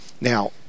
Now